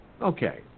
Okay